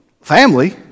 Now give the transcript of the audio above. family